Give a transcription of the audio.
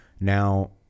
now